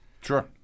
Sure